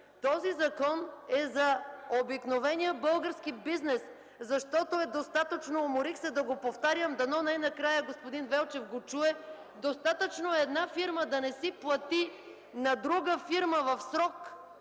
Този закон е за обикновения български бизнес, защото, уморих се да го повтарям, дано най-накрая господин Велчев ме чуе, достатъчно е една фирма да не си плати на друга фирма в срок